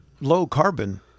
low-carbon